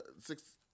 six